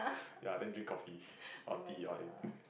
ya then drink coffee or tea or anything